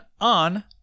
on